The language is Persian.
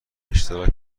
اشتراک